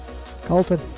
Colton